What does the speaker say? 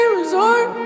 resort